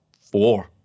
four